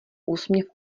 úsměv